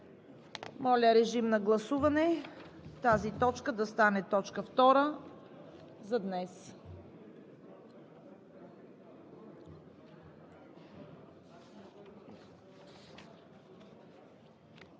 Моля, режим на гласуване тази точка да стане точка втора за днес.